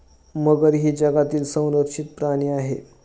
मगर ही जगातील संरक्षित प्राणी आहे